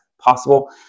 possible